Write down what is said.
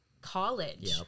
college